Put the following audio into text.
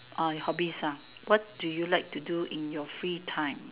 ah hobbies ah what do you like to do in your free time